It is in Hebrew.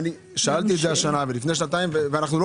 שאלתי את זה השנה ולפני שנתיים ואנחנו לא